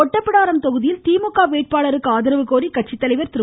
ஒட்டப்பிடாரம் தொகுதியில் திமுக வேட்பாளருக்கு ஆதரவு கோரி கட்சி தலைவர் திரு